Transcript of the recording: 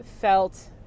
felt